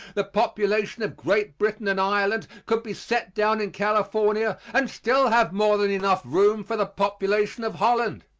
the population of great britain and ireland could be set down in california and still have more than enough room for the population of holland.